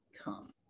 come